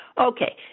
okay